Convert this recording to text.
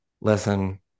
Listen